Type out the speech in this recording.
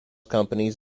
companies